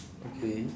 okay